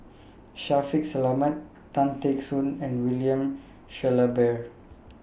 Shaffiq Selamat Tan Teck Soon and William Shellabear